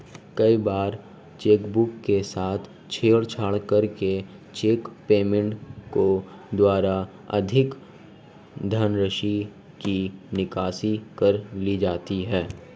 कई बार चेकबुक के साथ छेड़छाड़ करके चेक पेमेंट के द्वारा अधिक धनराशि की निकासी कर ली जाती है